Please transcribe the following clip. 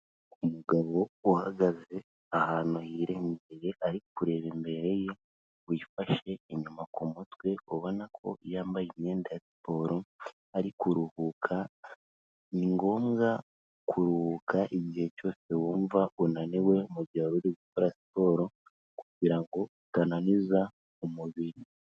Umugabo uhagaze ahantu hirengeye, ari kureba imbere ye wiyifashe inyuma ku mutwe ubona ko yambaye imyenda ya siporo, ari kuruhuka, ni ngombwa kuruhuka igihe cyose wumva unaniwe mu gihe wari uri gukora siporo kugira ngo utananiza umubiri.